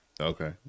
Okay